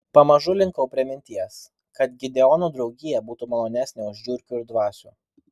pamažu linkau prie minties kad gideono draugija būtų malonesnė už žiurkių ir dvasių